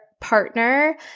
partner